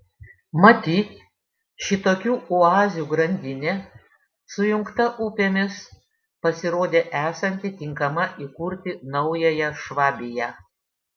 matyt šitokių oazių grandinė sujungta upėmis pasirodė esanti tinkama įkurti naująją švabiją